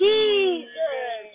Jesus